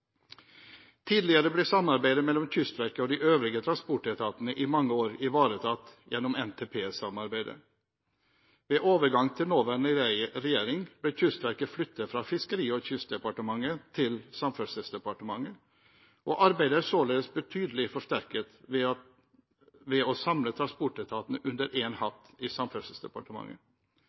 Tidligere ble samarbeidet mellom Kystverket og de øvrige transportetatene i mange år ivaretatt gjennom NTP-samarbeidet. Ved overgangen til den nåværende regjeringen ble Kystverket flyttet fra Fiskeri- og kystdepartementet til Samferdselsdepartementet, og arbeidet er således betydelig forsterket ved å samle transportetatene under én hatt – i Samferdselsdepartementet.